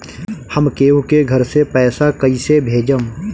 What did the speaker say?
हम केहु के घर से पैसा कैइसे भेजम?